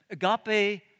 Agape